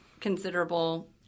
considerable